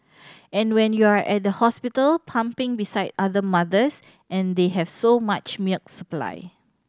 and when you're at the hospital pumping beside other mothers and they have so much milk supply